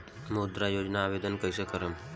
मुद्रा योजना खातिर आवेदन कईसे करेम?